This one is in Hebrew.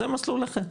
זה מסלול אחר.